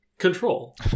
control